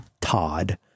Todd